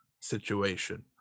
situation